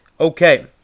Okay